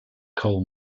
coal